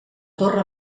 torre